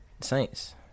Saints